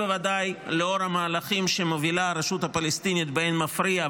בוודאי ובוודאי לאור המהלכים שמובילה הרשות הפלסטינית באין מפריע,